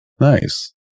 Nice